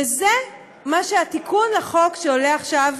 וזה מה שהתיקון לחוק שעולה עכשיו